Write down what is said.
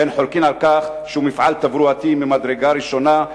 כשאין חולקים על כך שהוא מפגע תברואתי ממדרגה ראשונה,